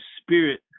spirit